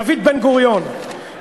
דוד בן-גוריון,